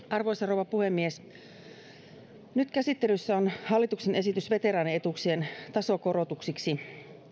arvoisa rouva puhemies nyt käsittelyssä on hallituksen esitys veteraanietuuksien tasokorotuksiksi